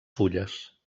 fulles